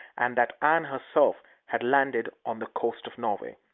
and that anne herself had landed on the coast of norway.